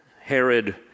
Herod